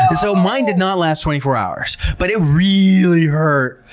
so mine did not last twenty four hours, but it reeeally hurt!